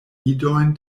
idojn